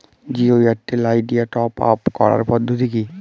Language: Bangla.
জিও এয়ারটেল আইডিয়া টপ আপ করার পদ্ধতি কি?